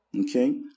Okay